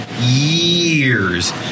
years